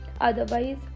otherwise